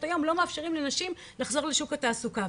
היום לא מאפשרים לנשים לחזור לשוק התעסוקה.